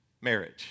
marriage